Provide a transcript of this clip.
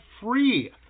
free